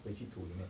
回去土里面